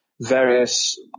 various